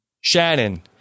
Shannon